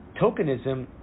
tokenism